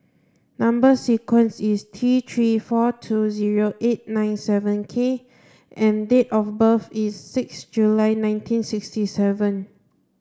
number sequence is T three four two zero eight nine seven K and date of birth is six July nineteen sixty seven